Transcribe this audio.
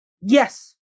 Yes